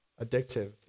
addictive